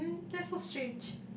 that's so strange